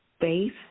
faith